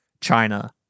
China